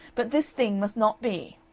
but this thing must not be.